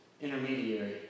intermediary